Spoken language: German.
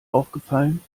aufgefallen